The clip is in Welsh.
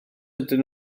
ydyn